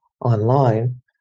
online